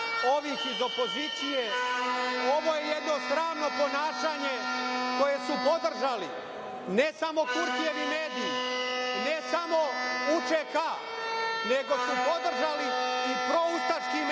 ovih iz opozicije. Ovo je jedno sramno ponašanje koje su podržali, ne samo Kurtijevi mediji, ne samo UČK, nego su podržali i proustaški mediji